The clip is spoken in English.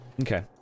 Okay